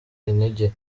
intege